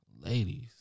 ladies